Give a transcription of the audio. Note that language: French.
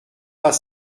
pas